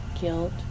guilt